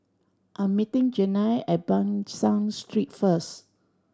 I'm meeting Janelle at Ban San Street first